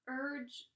urge